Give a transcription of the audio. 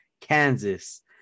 Kansas